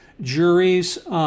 juries